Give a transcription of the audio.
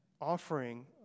offering